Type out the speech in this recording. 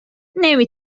نمی